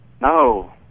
No